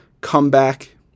comeback